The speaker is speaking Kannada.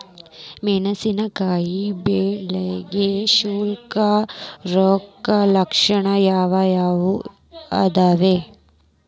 ಮೆಣಸಿನಕಾಯಿ ಬೆಳ್ಯಾಗ್ ಶಿಲೇಂಧ್ರ ರೋಗದ ಲಕ್ಷಣ ಯಾವ್ಯಾವ್ ಅದಾವ್?